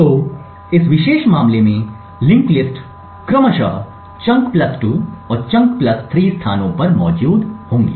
तो इस विशेष मामले में लिंक्ड लिस्ट क्रमशः चंक प्लस 2 और चंक प्लस 3 स्थानों पर मौजूद होंगी